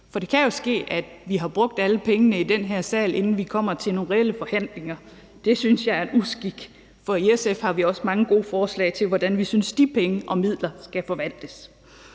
For det kan jo ske, at vi har brugt alle pengene i den her sal, inden vi kommer til nogle reelle forhandlinger. Det synes jeg er en uskik. For i SF har vi også mange gode forslag til, hvordan vi synes de penge og midler skal forvaltes.